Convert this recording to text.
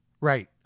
Right